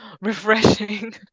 refreshing